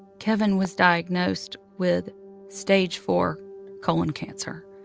kevin was diagnosed with stage four colon cancer.